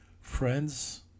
friends